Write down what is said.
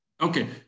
Okay